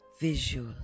visual